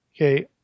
Okay